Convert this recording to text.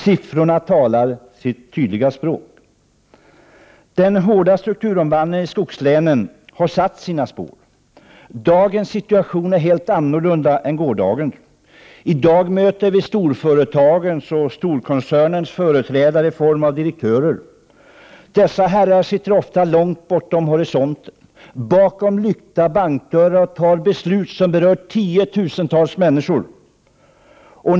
Siffrorna talar sitt tydliga språk. Den hårda strukturomvandlingen i skogslänen har satt sina spår. Dagens situation är en helt annan än gårdagens. I dag möter vi storföretagens och storkoncernernas företrädare i form av direktörer. Dessa herrar sitter ofta långt bortom horisonten och fattar bakom lyckta bankdörrar beslut som berör tiotusentals människor.